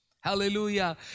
Hallelujah